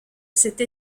cette